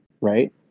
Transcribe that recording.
right